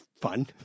fun